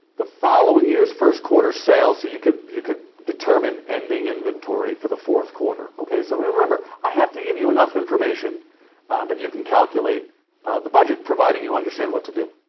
the following year's first quarter's sales so you could you could determine ending inventory for the fourth quarter, okay? so remember, i have to give you enough information that you can calculate the budget providing you understand what to do,